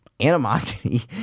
animosity